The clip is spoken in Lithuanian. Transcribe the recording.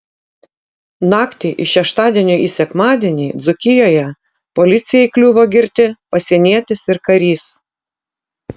naktį iš šeštadienio į sekmadienį dzūkijoje policijai įkliuvo girti pasienietis ir karys